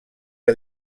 que